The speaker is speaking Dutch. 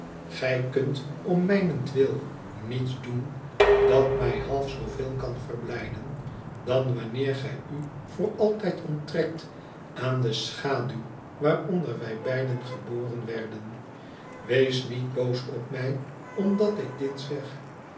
gij kunt om mijnentwil niets doen dat mij half zooveel kan verblijden dan wanneer gij u voor altijd onttrekt aan de schaduw waaronder wij beide geboren werden wees niet boos op mij omdat ik dit zeg